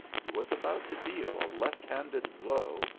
he was about to deal a left handed blow,